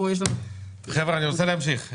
חבר'ה, אני רוצה להמשיך.